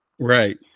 Right